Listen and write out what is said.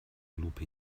lupe